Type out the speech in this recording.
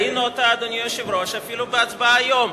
ראינו אותה, אדוני היושב-ראש, אפילו בהצבעה היום.